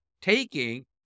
taking